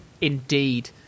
Indeed